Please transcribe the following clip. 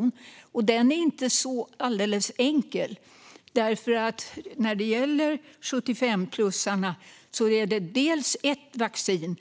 Den vaccinationen är inte alldeles enkel, för när det gäller 75-plussarna är det ett visst vaccin